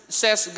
says